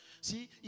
See